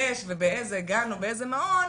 יש ובאיזה גן או באיזה מעון,